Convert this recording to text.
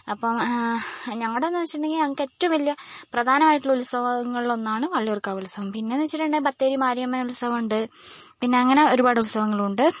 അപ്പം ഞങ്ങളുടെ എന്ന് വെച്ചിട്ടുണ്ടെങ്കിൽ ഞങ്ങൾക്ക് ഏറ്റവും വലിയ പ്രധാനമായിട്ടുള്ള ഉത്സവങ്ങളിലൊന്നാണ് വള്ളിയൂർക്കാവ് ഉത്സവം പിന്നെയെന്ന് വെച്ചിട്ടുണ്ടെങ്കിൽ ബത്തേരി മാരിയമ്മൻ ഉത്സവം ഉണ്ട് പിന്നെ അങ്ങനെ ഒരുപാട് ഉത്സവങ്ങളുമുണ്ട്